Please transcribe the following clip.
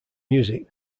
music